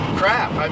crap